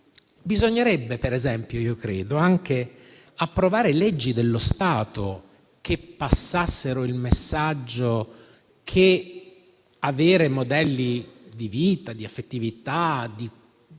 Bisognerebbe, per esempio, anche approvare leggi dello Stato volte a passare il messaggio che avere modelli di vita, di affettività o un colore